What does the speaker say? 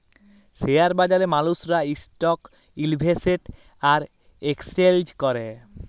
share বাজারে মালুসরা stock invest আর একেসচেলজ ক্যরে